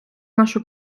нашу